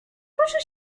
proszę